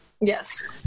Yes